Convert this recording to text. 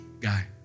guy